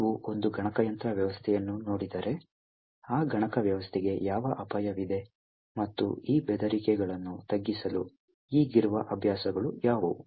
ನೀವು ಒಂದು ಗಣಕಯಂತ್ರ ವ್ಯವಸ್ಥೆಯನ್ನು ನೋಡಿದರೆ ಆ ಗಣಕ ವ್ಯವಸ್ಥೆಗೆ ಯಾವ ಅಪಾಯವಿದೆ ಮತ್ತು ಈ ಬೆದರಿಕೆಗಳನ್ನು ತಗ್ಗಿಸಲು ಈಗಿರುವ ಅಭ್ಯಾಸಗಳು ಯಾವುವು